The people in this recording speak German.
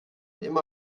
immer